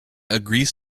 agrees